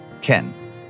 Ken